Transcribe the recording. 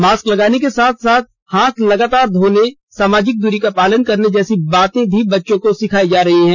mask लगाने के साथ साथ हाथ लगातार हाथ धोने सामाजिक दूरी का पालन करने जैसी बातें भी बच्चों को सिखाई जा रही है